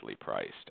priced